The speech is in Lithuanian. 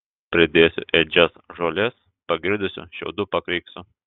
pridėsiu ėdžias žolės pagirdysiu šiaudų pakreiksiu